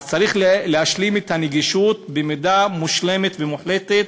אז צריך להשלים את הנגישות במידה מושלמת ומוחלטת,